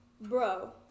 bro